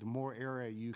the more air you